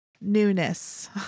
newness